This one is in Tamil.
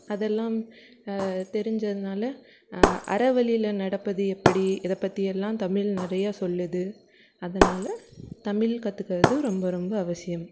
அதெல்லாம் தெரிஞ்சதினால அறவழியில் நடப்பது எப்படி இதை பற்றியெல்லாம் தமிழ் நிறையா சொல்லுது அதனால் தமிழ் கற்றுக்கறது ரொம்ப ரொம்ப அவசியம்